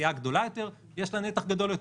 סיעה גדולה יותר, יש לה נתח גדול יותר.